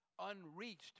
unreached